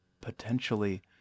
potentially